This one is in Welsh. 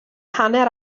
hanner